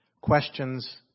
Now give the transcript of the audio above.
questions